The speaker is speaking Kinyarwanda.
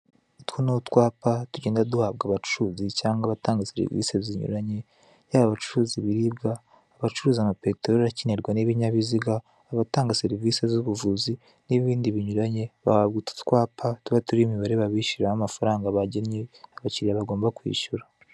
Utu ni utwapa tugenda duhabwa abacuruzi cyangwa abatanga serivise zinyuranye, yaba abacuruza ibiribwa, abacuruza amapeterori akenerwa n'ibinyabiziga, abatanga serivise z'ubuvuzi n'ibindi binyuranye bahabwa utu twapa tuba turiho imibare babishyuriraho amafaranga bagennye abakiriya bagomba kwishyura.